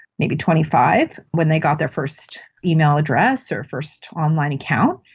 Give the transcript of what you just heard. maybe twenty five when they got their first email address or first online account,